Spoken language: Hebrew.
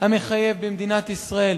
המחייב במדינת ישראל.